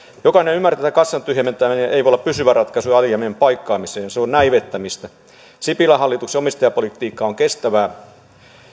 jokainen ymmärtää että kassan tyhjentäminen ei voi olla pysyvä ratkaisu alijäämien paikkaamiseen se on näivettämistä sipilän hallituksen omistajapolitiikka on kestävää